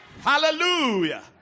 Hallelujah